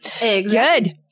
Good